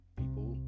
people